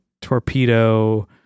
torpedo